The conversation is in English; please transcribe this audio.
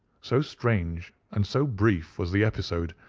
so strange and so brief was the episode,